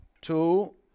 Two